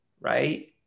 right